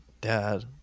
dad